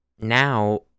now